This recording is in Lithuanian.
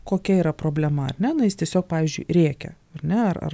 kokia yra problema ar ne na jis tiesiog pavyzdžiui rėkia ar ne ar ar